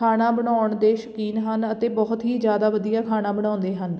ਖਾਣਾ ਬਣਾਉਣ ਦੇ ਸ਼ੌਕੀਨ ਹਨ ਅਤੇ ਬਹੁਤ ਹੀ ਜ਼ਿਆਦਾ ਵਧੀਆ ਖਾਣਾ ਬਣਾਉਂਦੇ ਹਨ